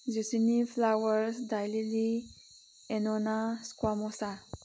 zucchini flower daylily ꯑꯦꯅꯣꯅꯥ ꯏꯁꯀ꯭ꯋꯥꯃꯣꯁꯥ